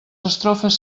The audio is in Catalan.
estrofes